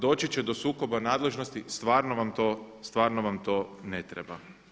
Doći će do sukoba nadležnosti, stvarno vam to ne treba.